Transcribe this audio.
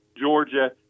Georgia